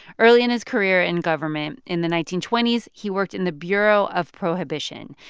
early in his career in government, in the nineteen twenty s, he worked in the bureau of prohibition.